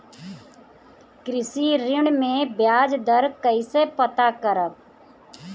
कृषि ऋण में बयाज दर कइसे पता करब?